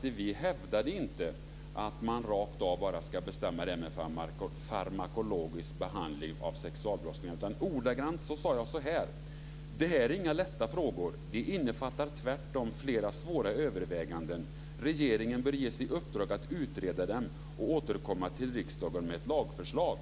Vi hävdar inte att man rakt av ska bestämma om farmakologisk behandling av sexualbrottslingar. Ordagrant sade jag så här: Det här är inga lätta frågor. De innefattar tvärtom flera svåra överväganden. Regeringen bör ges i uppdrag att utreda dem och återkomma till riksdagen med ett lagförslag.